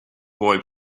boy